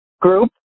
group